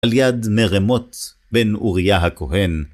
על יד מרמות בן אוריה הכהן.